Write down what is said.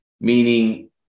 meaning